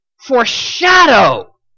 foreshadow